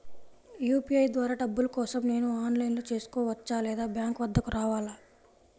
UPI ద్వారా డబ్బులు కోసం నేను ఆన్లైన్లో చేసుకోవచ్చా? లేదా బ్యాంక్ వద్దకు రావాలా?